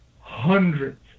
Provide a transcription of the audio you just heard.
hundreds